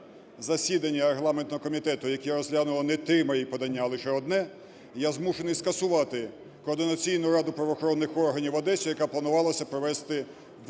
засідання регламентного комітету, яке розглянуло не три мої подання, а лише одне, я змушений скасувати координаційну раду правоохоронних органів в Одесі, яка планувалася провести в цю